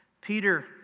Peter